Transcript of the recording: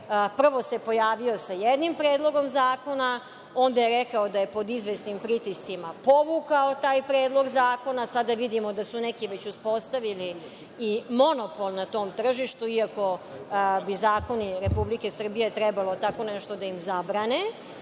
prvo pojavio sa jednim predlogom zakona, onda je rekao da je pod izvesnim pritiscima povukao taj predlog zakona, a sada vidimo da su neki već uspostavili i monopol na tom tržištu, iako bi zakoni Republike Srbije trebalo tako nešto da im zabrane. Ali,